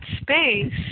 space